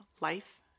life